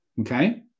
okay